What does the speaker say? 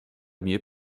mieux